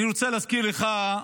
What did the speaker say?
אני רוצה להזכיר לך,